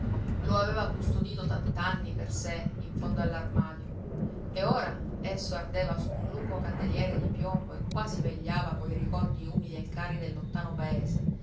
lo aveva custodito tant'anni per sé in fondo all'armadio e ora esso ardeva su un lungo candeliere di piombo e quasi vegliava coi ricordi umili e cari del lontano paese